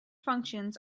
functions